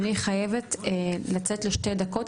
אני חייבת לצאת לשתי דקות,